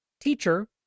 teacher